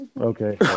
okay